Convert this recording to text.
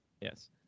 yes